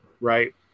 right